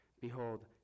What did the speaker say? Behold